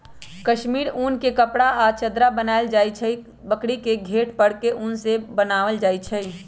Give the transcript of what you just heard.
कस्मिर उन के कपड़ा आ चदरा बनायल जाइ छइ जे बकरी के घेट पर के उन से बनाएल जाइ छइ